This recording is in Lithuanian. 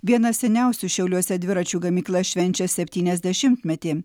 viena seniausių šiauliuose dviračių gamykla švenčia septyniasdešimtmetį